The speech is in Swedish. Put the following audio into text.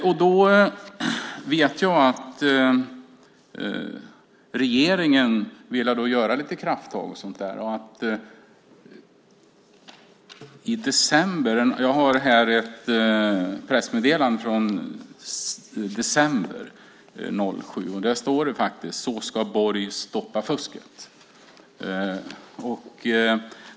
Jag vet att regeringen ville göra lite krafttag och sådant. Jag har här ett pressmeddelande från december 2007. Där står det faktiskt: Så ska Borg stoppa fusket.